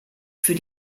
für